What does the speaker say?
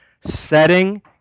setting